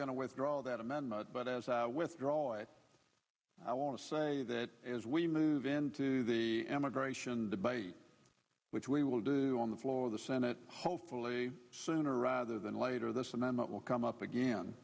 going to withdraw that amendment but as i withdraw it i want to say that as we move into the immigration debate which we will do on the floor of the senate hopefully sooner rather than later this amendment will come up again